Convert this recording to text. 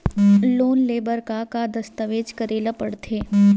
Loan ले बर का का दस्तावेज करेला पड़थे?